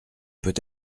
peut